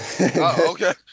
okay